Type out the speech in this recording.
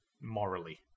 morally